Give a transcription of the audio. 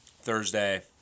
Thursday